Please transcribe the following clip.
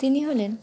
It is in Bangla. তিনি হলেন